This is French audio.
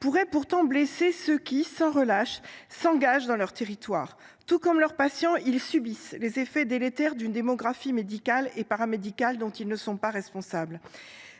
pourrait blesser ceux qui, sans relâche, s’engagent dans leur territoire. Tout comme leurs patients, ils subissent les effets délétères d’une démographie médicale et paramédicale dont ils ne sont pas responsables.